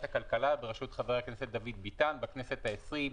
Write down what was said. הכלכלה בראשות חבר הכנסת דוד ביטן בכנסת ה-20.